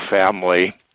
family